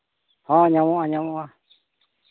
ᱦᱚᱸ ᱧᱟᱢᱚᱜᱼᱟ ᱧᱟᱢᱚᱜᱼᱟ